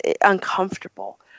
uncomfortable